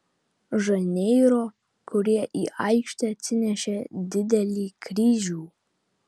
žaneiro kurie į aikštę atsinešė didelį kryžių